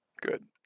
good